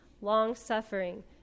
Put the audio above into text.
long-suffering